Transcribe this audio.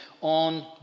on